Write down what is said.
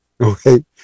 Okay